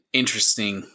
interesting